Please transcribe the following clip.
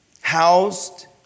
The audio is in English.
housed